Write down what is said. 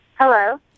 Hello